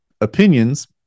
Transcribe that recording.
opinions